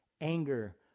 Anger